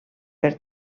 per